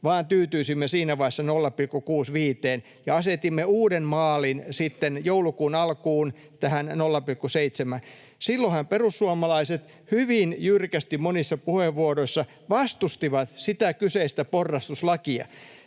vaan tyytyisimme siinä vaiheessa 0,65:een ja asetimme uuden maalin sitten joulukuun alkuun, tähän 0,7:ään. Silloinhan perussuomalaiset hyvin jyrkästi monissa puheenvuoroissa vastustivat sitä kyseistä porrastuslakia.